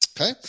okay